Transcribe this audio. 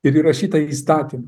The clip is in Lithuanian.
ir įrašytą įstatymą